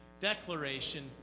declaration